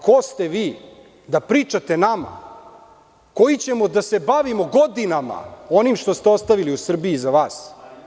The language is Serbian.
Ko ste vi da pričate nama koji ćemo da se bavimo godinama onim što ste ostavili u Srbiji iza vas?